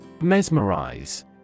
Mesmerize